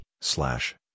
Slash